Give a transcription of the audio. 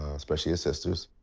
especially his sisters.